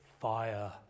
fire